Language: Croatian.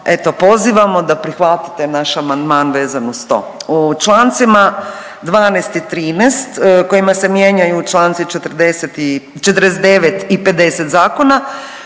pozivamo da prihvatite naš amandman vezan uz to. U člancima 12. i 13. kojima se mijenjaju članci 49. i 50. zakona